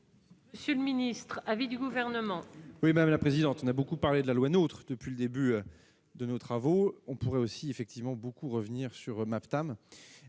Monsieur le Ministre, avis du gouvernement. Oui, madame la présidente, on a beaucoup parlé de la loi notre depuis le début de nos travaux, on pourrait aussi effectivement beaucoup revenir sur eux MAPTAM